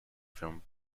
film